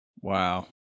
Wow